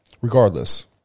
Regardless